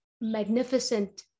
magnificent